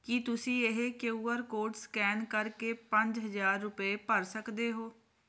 ਕੀ ਤੁਸੀਂਂ ਇਹ Q R code scan ਕਰਕੇ ਪੰਜ ਹਜ਼ਾਰ ਰੁਪਏ ਭਰ ਸਕਦੇ ਹੋ